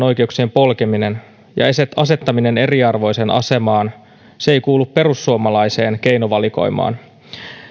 oikeuksien polkeminen ja asettaminen eriarvoiseen asemaan ei kuulu perussuomalaiseen keinovalikoimaan